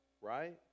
right